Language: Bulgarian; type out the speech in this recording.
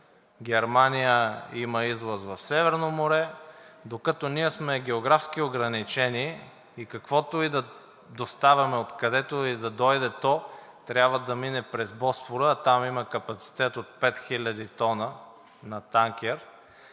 Германия има излаз в Северно море. Докато ние сме географски ограничени и каквото и да доставяме, откъдето и да дойде то, трябва да мине през Босфора, а там има капацитет от 5000 тона на танкер.